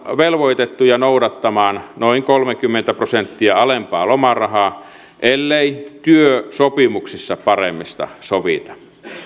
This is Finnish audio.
velvoitettuja noudattamaan noin kolmekymmentä prosenttia alempaa lomarahaa ellei työsopimuksissa paremmista sovita